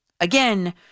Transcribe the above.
Again